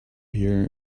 here